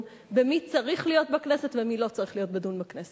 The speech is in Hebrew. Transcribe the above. מי צריך להיות בכנסת ומי לא צריך להיות בכנסת.